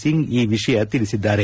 ಸಿಂಗ್ ಈ ವಿಷಯ ತಿಳಿಸಿದ್ದಾರೆ